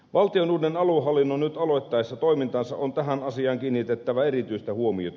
valtion uuden aluehallinnon nyt aloittaessa toimintaansa on tähän asiaan kiinnitettävä erityistä huomiota